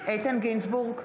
איתן גינזבורג,